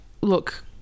look